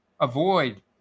avoid